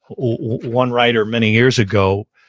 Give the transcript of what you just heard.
one writer, many years ago,